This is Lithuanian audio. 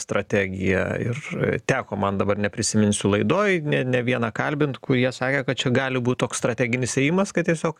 strategiją ir teko man dabar neprisiminsiu laidoj ne ne vieną kalbint kurie sakė kad čia gali būt toks strateginis ėjimas kad tiesiog